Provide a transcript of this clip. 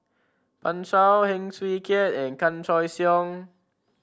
Pan Shou Heng Swee Keat and Chan Choy Siong